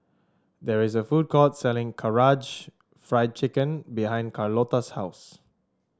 there is a food court selling Karaage Fried Chicken behind Carlota's house